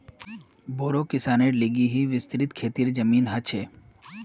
बोड़ो किसानेर लिगि येमं विस्तृत खेतीर जमीन ह छे